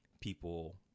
people